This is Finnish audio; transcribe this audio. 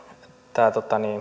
tämä